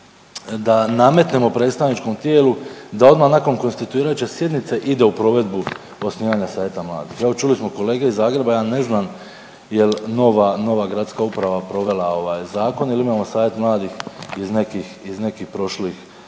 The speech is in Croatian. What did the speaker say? da nametnemo predstavničkom tijelu da odmah nakon konstituirajuće sjednice ide u provedbu osnivanja savjeta mladih. Evo, čuli smo kolege iz Zagreba, ja ne znam je l' nova gradska uprava provela ovaj Zakon, jer imamo savjet mladih iz nekih prošlih vremena.